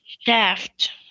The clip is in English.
Shaft